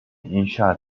inşa